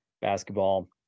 basketball